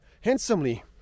handsomely